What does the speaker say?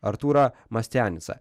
arturą mastianicą